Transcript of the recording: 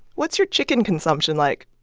what's your chicken consumption like?